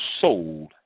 sold